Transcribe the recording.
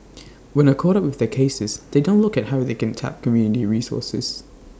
when are caught up with their cases they don't look at how they can tap community resources